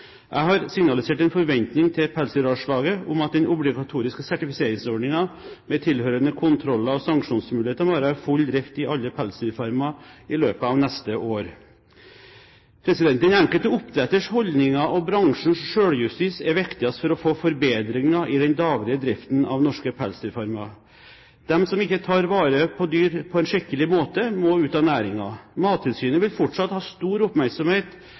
Jeg har signalisert en forventning til Pelsdyralslaget om at den obligatoriske sertifiseringsordningen, med tilhørende kontroller og sanksjonsmuligheter, må være i full drift i alle pelsdyrfarmer i løpet av neste år. Den enkelte oppdretters holdninger og bransjens selvjustis er viktigst for å få forbedringer i den daglige driften av norske pelsdyrfarmer. De som ikke tar vare på dyr på en skikkelig måte, må ut av næringen. Mattilsynet vil fortsatt ha stor oppmerksomhet